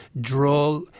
draw